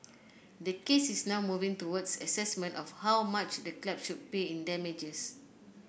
the case is now moving towards assessment of how much the club should pay in damages